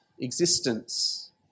existence